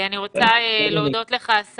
השר אלקין, אני רוצה להודות לך.